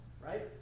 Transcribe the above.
Right